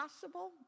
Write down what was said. possible